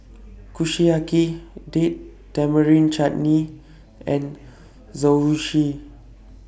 Kushiyaki Date Tamarind Chutney and Zosui